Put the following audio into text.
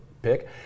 pick